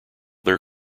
their